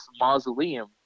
mausoleum